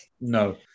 No